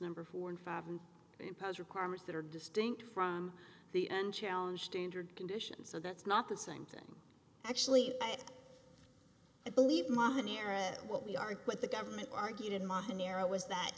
number who are in five and impose requirements that are distinct from the and challenge standard conditions so that's not the same thing actually i believe modern era what we are what the government argued in modern era was that